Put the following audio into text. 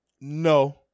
No